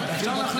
סגרתם?